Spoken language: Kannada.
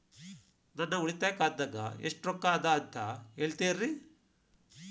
ನನ್ನ ಉಳಿತಾಯ ಖಾತಾದಾಗ ಎಷ್ಟ ರೊಕ್ಕ ಅದ ಅಂತ ಹೇಳ್ತೇರಿ?